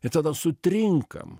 ir tada sutrinkam